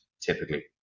typically